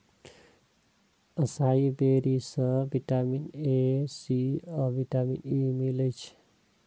असाई बेरी सं vitamin A, C आ विटामिन ई मिलै छै